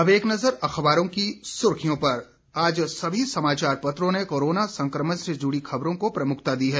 अब एक नजर अखबारों की सुर्खियों पर आज सभी समाचार पत्रों ने कोरोना संक्रमण से जुड़ी खबरों को प्रमुखता दी है